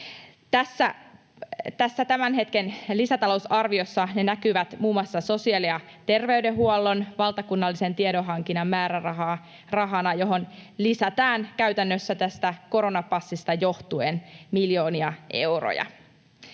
tämän hetken lisätalousarviossa ne näkyvät muun muassa sosiaali- ja terveydenhuollon valtakunnallisen tiedonhankinnan määrärahana, johon lisätään käytännössä tästä koronapassista johtuen miljoonia euroja.